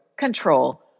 control